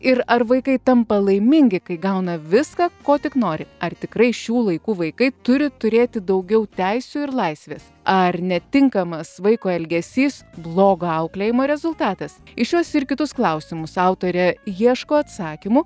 ir ar vaikai tampa laimingi kai gauna viską ko tik nori ar tikrai šių laikų vaikai turi turėti daugiau teisių ir laisvės ar netinkamas vaiko elgesys blogo auklėjimo rezultatas į šiuos ir kitus klausimus autorė ieško atsakymų